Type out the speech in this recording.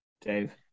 Dave